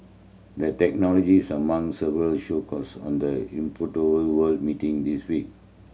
the technology is among several show course on the World meeting this week